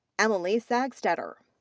emily sagstetter.